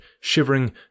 shivering